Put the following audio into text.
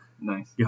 Nice